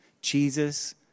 Jesus